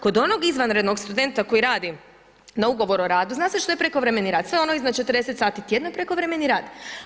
Kod onog izvanrednog studenta koji radi na ugovor o radu zna se što je prekovremeni rad sve ono iznad 40 sati tjedno je prekovremeni rad.